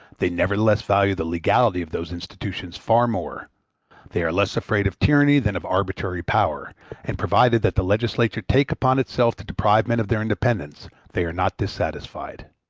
they nevertheless value the legality of those institutions far more they are less afraid of tyranny than of arbitrary power and provided that the legislature take upon itself to deprive men of their independence, they are not dissatisfied.